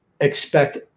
expect